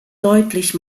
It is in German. deutlich